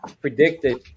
predicted